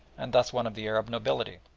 and thus one of the arab nobility.